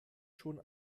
schon